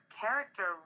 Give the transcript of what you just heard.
character